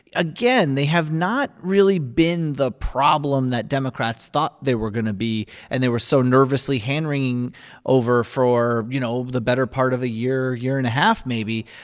again, they have not really been the problem that democrats thought they were going to be and they were so nervously hand-wringing over for, you know, the better part of a year, year and a half maybe.